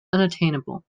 unattainable